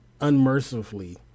unmercifully